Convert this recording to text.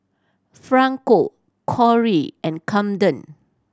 Franco Kori and Camden